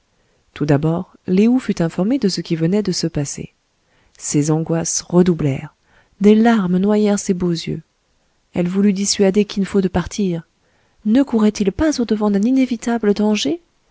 tout d'abord lé ou fut informée de ce qui venait de se passer ses angoisses redoublèrent des larmes noyèrent ses beaux yeux elle voulut dissuader kin fo de partir ne courrait il pas audevant d'un inévitable danger